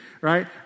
right